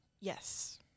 Yes